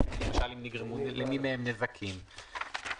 למשל אם נגרמו נזקים למיניהם.